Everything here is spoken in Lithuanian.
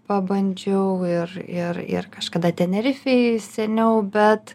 pabandžiau ir ir ir kažkada tenerifėj seniau bet